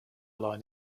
line